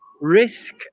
risk